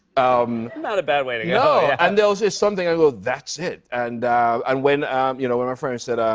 um not a bad way to go. no, and they'll say something. i'll go, that's it. and and when you know, when our friend said,